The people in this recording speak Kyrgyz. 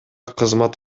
кызмат